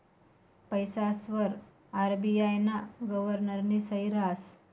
पैसासवर आर.बी.आय ना गव्हर्नरनी सही रहास